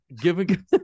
Giving